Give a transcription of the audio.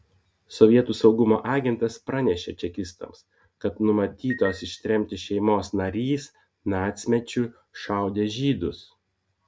sovietų saugumo agentas pranešė čekistams kad numatytos ištremti šeimos narys nacmečiu šaudė žydus